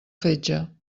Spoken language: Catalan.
fetge